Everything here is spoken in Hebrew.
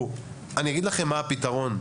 אני אגיד לכם מה הפתרון.